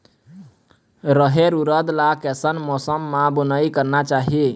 रहेर उरद ला कैसन मौसम मा बुनई करना चाही?